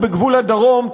בגבול הדרום,